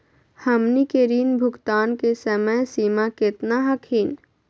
हमनी के ऋण भुगतान के समय सीमा केतना हखिन?